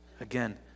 Again